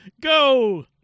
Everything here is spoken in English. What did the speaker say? Go